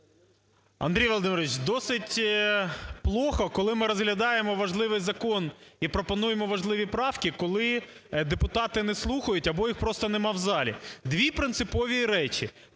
Андрій Володимирович, досить плохо, коли ми розглядаємо важливий закон і пропонуємо важливі правки, коли депутати не слухають або їх просто немає в залі. Дві принципові речі.